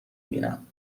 بینم